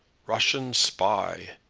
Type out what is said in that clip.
russian spy!